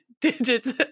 digits